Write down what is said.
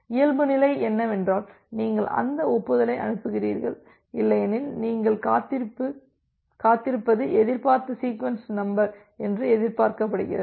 இயல்புநிலை என்னவென்றால் நீங்கள் அந்த ஒப்புதலை அனுப்புகிறீர்கள் இல்லையெனில் நீங்கள் காத்திருப்பது எதிர்பார்த்த சீக்வென்ஸ் நம்பர் என்று எதிர்பார்க்கப்படுகிறது